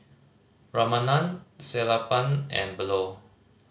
Ramanand Sellapan and Bellur